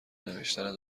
نوشتن